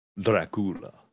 Dracula